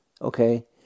okay